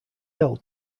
hill